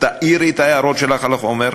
תעירי את ההערות שלך על החומר,